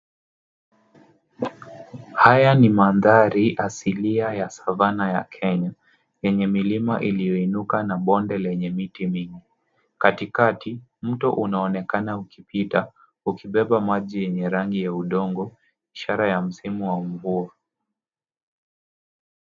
Haya mandhari asilia ya savana ya Kenya. Yenye milima iliyoinuka na bonde lenye miti mingi. Katikati mto unaonekana ukipita ukibeba maji yenye rangi ya udongo ishira ya msimu wa mvua.